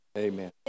Amen